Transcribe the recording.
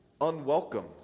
unwelcome